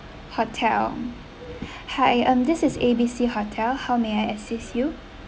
hotel hi um this is A_B_C hotel how may I assist you